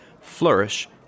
flourish